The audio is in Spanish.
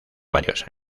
varios